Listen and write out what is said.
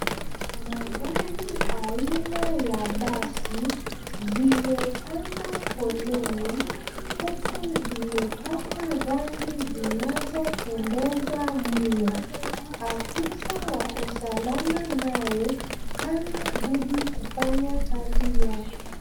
Magari ya aina ya basi, zimaepanga foleni huku vimepakwa zangi zinazopendeza mno. Afisa wa usalama naye hana budi kufanya kazi yake.